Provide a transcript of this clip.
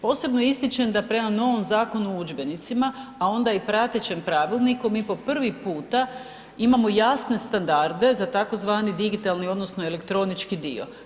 Posebno ističem da prema novom Zakonu o udžbenicima, a onda i pratećem pravilniku mi po prvi puta imamo jasne standarde za tzv. digitalni odnosno elektronički dio.